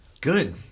good